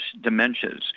dementias